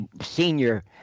senior